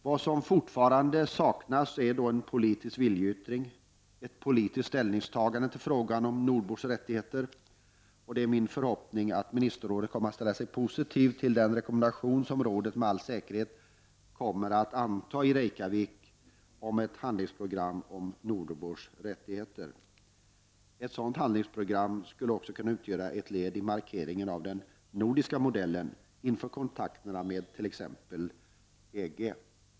Vad som fortfarande saknas är en politisk viljeyttring, ett politiskt ställ ningstagande till frågan om nordbors rättigheter. Det är min förhoppning att ministerrådet kommer att ställa sig positivt till den rekommendation som rådet med all säkerhet kommer att anta i Reykjavik om ett handlingsprogram rörande nordbors rättigheter. Ett sådant handlingsprogram skulle också kunna utgöra ett led i markeringen av ”den nordiska modellen” inför kontakterna med EG.